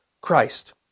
Christ